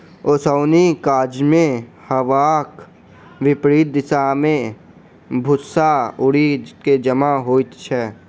ओसौनीक काजमे हवाक विपरित दिशा मे भूस्सा उड़ि क जमा होइत छै